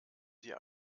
sie